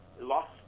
lost